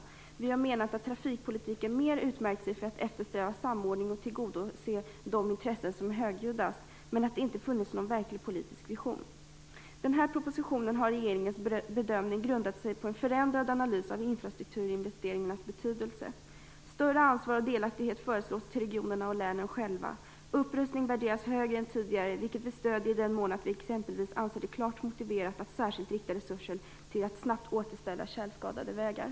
Miljöpartiet har menat att trafikpolitiken mer utmärkts av att Socialdemokraterna vill eftersträva samordning och tillgodoseende av de högljuddaste intressenterna. Det har inte funnits någon verklig politisk vision. I denna proposition har regeringens bedömning grundat sig på en förändrad analys av infrastrukturinvesteringarnas betydelse. Större ansvar och delaktighet föreslås till regionerna och länen själva. Upprustning värderas högre än tidigare, vilket vi i Miljöpartiet stöder i den mån att vi exempelvis anser det klart motiverat att särskilt rikta resurser till att snabbt återställa tjälskadade vägar.